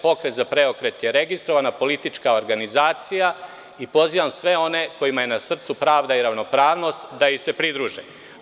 Pokret za PREOKRET je registrovana politička organizacija i pozivam sve one, kojima je na srcu pravda i ravnopravnost da joj se pridruže.